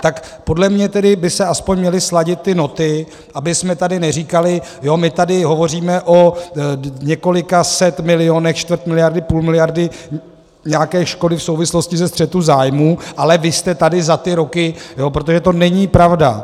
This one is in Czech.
Tak podle mě by se alespoň měly sladit ty noty, abychom tady neříkali jo, my tady hovoříme o několika stech milionech, čtvrt miliardy, půl miliardy, nějaké škody v souvislosti ze střetu zájmů, ale vy jste tady za ty roky protože to není pravda.